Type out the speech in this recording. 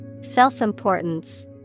Self-importance